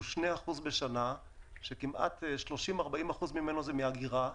הוא שני אחוזים בשנה כאשר כמעט 40-30 אחוזים ממנו הם מהגירה,